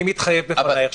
אני מתחייב בפנייך,